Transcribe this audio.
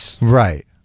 Right